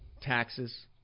taxes